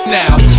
now